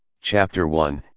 chapter one,